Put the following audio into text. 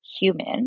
human